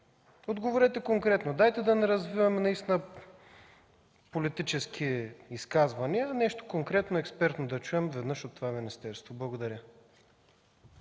Отговорете конкретно. Дайте да не развиваме политически изказвания. Нещо конкретно експертно да чуем веднъж от това министерство. Благодаря.